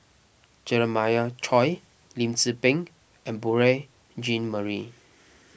Jeremiah Choy Lim Tze Peng and Beurel Jean Marie